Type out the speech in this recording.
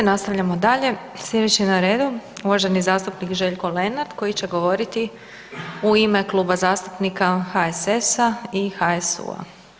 Nastavljamo dalje. sljedeći je na redu uvaženi zastupnik Željko Lenart koji će govoriti u ime Kluba zastupnika HSS-a i HSU-a.